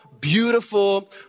beautiful